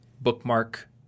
bookmark